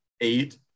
eight